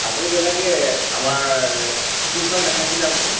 আপুনি তেনেকৈ আমাৰ কোন ছাৰক দেখাইছিলে আপুনি